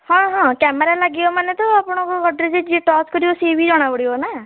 ହଁ ହଁ କ୍ୟାମେରା ଲାଗିବ ମାନେ ତ ଆପଣଙ୍କ ଗଡ଼୍ରେଜ୍ ଯିଏ ଟଚ୍ କରିବ ସିଏ ବି ଜଣାପଡ଼ିବ ନା